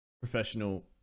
professional